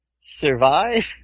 survive